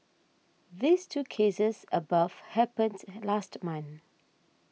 these two cases above happened last month